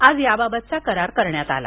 आज याबाबतचा करार करण्यात आला